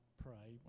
pray